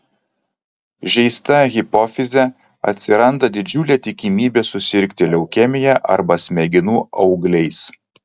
žeista hipofize atsiranda didžiulė tikimybė susirgti leukemija arba smegenų augliais